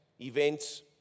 events